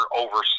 over